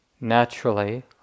naturally